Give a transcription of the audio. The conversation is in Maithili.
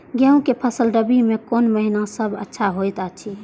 गेहूँ के फसल रबि मे कोन महिना सब अच्छा होयत अछि?